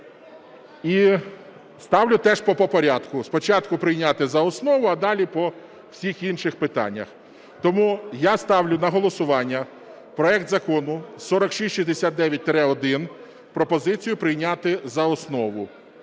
І ставлю теж по порядку, спочатку прийняти за основу, а далі по всіх інших питаннях. Тому я ставлю на голосування проект Закону 4669-1, пропозицію прийняти за основу.